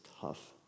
tough